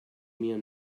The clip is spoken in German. mir